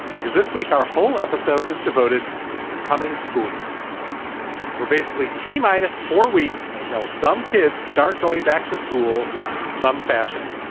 because this week our whole episode is devoted to the coming school year we're basically t minus four weeks until some kids start going back to school in some fashion.